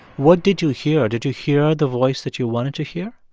what did you hear? did you hear the voice that you wanted to hear?